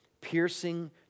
piercing